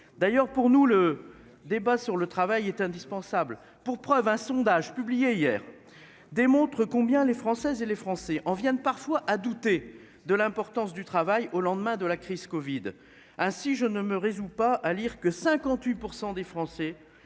d'ailleurs, pour nous, le débat sur le travail est indispensable pour preuve un sondage publié hier. Démontre combien les Françaises et les Français en viennent parfois à douter de l'importance du travail au lendemain de la crise Covid. Ah si je ne me résous pas à lire que 58% des Français